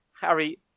Harry